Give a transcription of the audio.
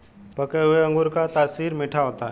पके हुए अंगूर का तासीर मीठा होता है